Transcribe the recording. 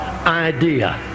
Idea